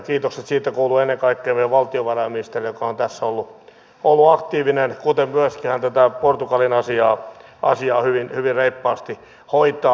kiitokset siitä kuuluvat ennen kaikkea meidän valtiovarainministerille joka on tässä ollut aktiivinen kuten myöskin hän tätä portugalin asiaa hyvin reippaasti hoitaa